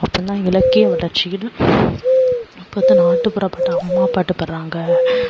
அப்படின்னா இலக்கிய வளர்ச்சியில் அப்போ வந்து நாட்டுப்புறப்பாட்டு அம்மா பாட்டு பாடுறாங்க